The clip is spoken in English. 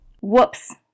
whoops